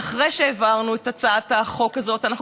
ואחרי שהעברנו את הצעת החוק הזאת אנחנו